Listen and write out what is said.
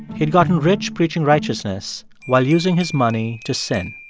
he'd gotten rich preaching righteousness while using his money to sin.